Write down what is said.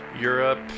Europe